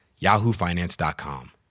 YahooFinance.com